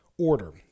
order